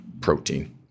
protein